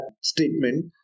statement